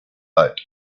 light